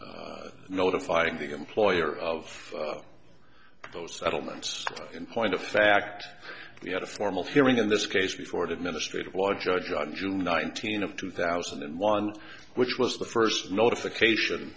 to notifying the employer of those settlements in point of fact we had a formal hearing in this case before the administrative law judge on june nineteenth of two thousand and one which was the first notification